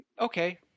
Okay